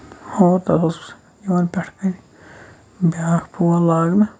اور تَتھ اوس یِوان پٮ۪ٹھٕ کَنۍ بیکان پول لگانہٕ